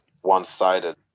one-sided